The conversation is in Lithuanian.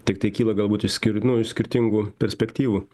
tiktai kyla galbūt iš skir nu iš skirtingų perspektyvų